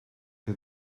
que